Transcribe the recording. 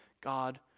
God